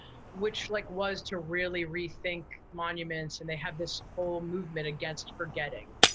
which like was to really rethink monuments. and they have this whole movement against forgetting.